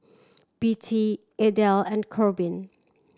Bette Adel and Corbin